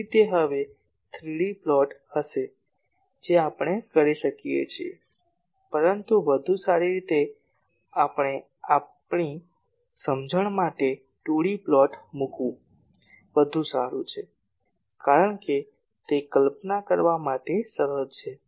તેથી તે હવે 3 D પ્લોટ હશે જે આપણે કરી શકીએ છીએ પરંતુ વધુ સારી રીતે આપણે અમારી સમજણ માટે 2D પ્લોટ મૂકવું વધુ સારું છે કારણ કે તે કલ્પના કરવા માટે સરળ છે